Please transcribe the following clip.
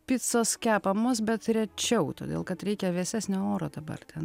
picos kepamos bet rečiau todėl kad reikia vėsesnio oro dabar ten tas